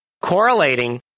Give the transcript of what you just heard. correlating